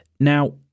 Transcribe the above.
Now